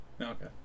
Okay